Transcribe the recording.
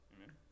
Amen